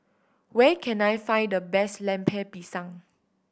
where can I find the best Lemper Pisang